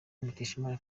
mukeshimana